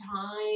time